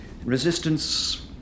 Resistance